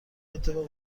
اتفاق